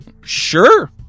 Sure